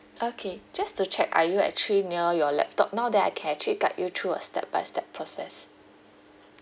okay just to check are you actually near your laptop now then I can actually guide you through uh step by step process